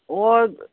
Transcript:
ꯑꯣ